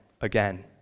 again